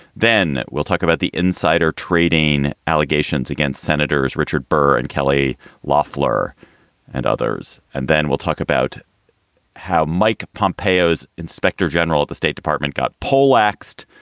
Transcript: then we'll talk about the insider trading allegations against senators richard burr and kelly loffler and others. and then we'll talk about how mike pompei, hose inspector general of the state department, got poleaxed.